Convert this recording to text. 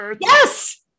Yes